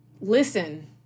listen